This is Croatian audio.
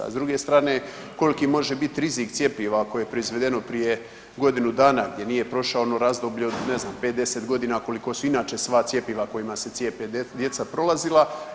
S druge strane koliki može biti rizik cjepiva ako je proizvedeno prije godinu dana gdje nije prošao ono razdoblje od ne znam 5, 10 godina koliko su inače sva cjepiva kojima se cijepe djeca prolazila.